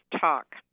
Talk